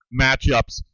matchups